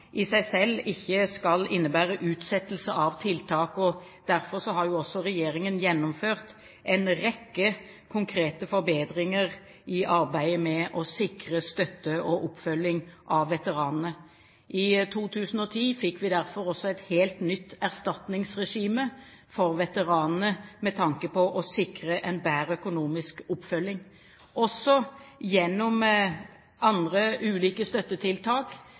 i seg selv ikke skal innebære utsettelse av tiltak, og derfor har regjeringen gjennomført en rekke konkrete forbedringer i arbeidet med å sikre støtte til og oppfølging av veteranene. I 2010 fikk vi derfor også et helt nytt erstatningsregime for veteranene med tanke på å sikre en bedre økonomisk oppfølging. Også gjennom andre ulike støttetiltak